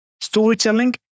Storytelling